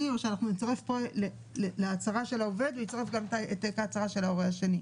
או שהעובד יצרף את העתק ההצהרה של ההורה השני?